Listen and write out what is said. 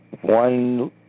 one